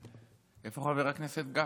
איפה חבר הכנסת גפני?